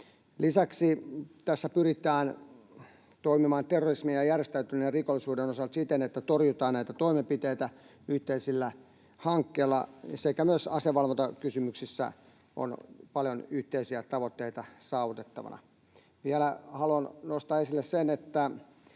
Lisäksi tässä pyritään toimimaan terrorismin ja järjestäytyneen rikollisuuden osalta siten, että torjutaan näitä toimenpiteitä yhteisillä hankkeilla, ja myös asevalvontakysymyksissä on paljon yhteisiä tavoitteita saavutettavana. Vielä haluan nostaa esille sen, että